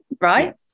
right